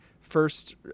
first